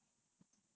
ya